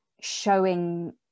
showing